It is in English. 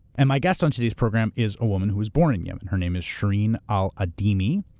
and my guest on today's program is a woman who was born in yemen. her name is shireen al-adeimi.